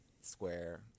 square